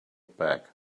back